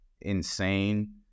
insane